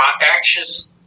actions